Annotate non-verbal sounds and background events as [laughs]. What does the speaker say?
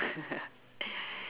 [laughs]